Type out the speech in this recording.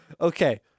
Okay